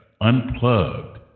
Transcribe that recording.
unplugged